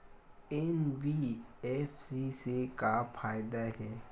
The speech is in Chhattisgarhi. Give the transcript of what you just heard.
एन.बी.एफ.सी से का फ़ायदा हे?